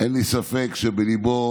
אין לי ספק שבליבו